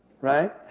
Right